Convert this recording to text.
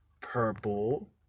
purple